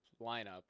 lineup